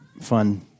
fun